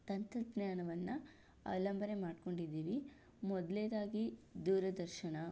ತಂತ್ರಜ್ಞಾನವನ್ನು ಅವಲಂಬನೆ ಮಾಡ್ಕೊಂಡಿದ್ದೀವಿ ಮೊದ್ಲನೇದಾಗಿ ದೂರದರ್ಶನ